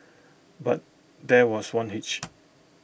but there was one hitch